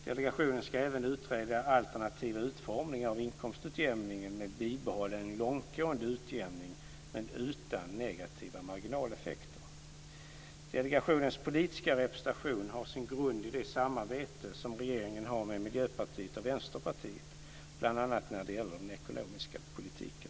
Delegationen skall även utreda alternativa utformningar av inkomstutjämningen med bibehållen långtgående utjämning men utan negativa marginaleffekter. Delegationens politiska representation har sin grund i det samarbete som regeringen har med Miljöpartiet och Vänsterpartiet, bl.a. när det gäller den ekonomiska politiken.